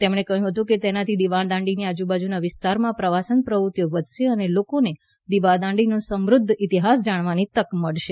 તેમણે કહ્યું કે તેનાથી દીવાદાંડીની આજુબાજુના વિસ્તારોમાં પ્રવાસન પ્રવૃત્તિઓ વધશે અને લોકોને દીવાદાંડીનો સમૃદ્ધ ઇતિહાસ જાણવાની તક મળશે